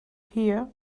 here